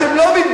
אתם לא מתביישים?